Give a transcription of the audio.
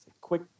Quick